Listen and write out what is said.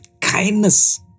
Kindness